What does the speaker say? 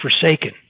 forsaken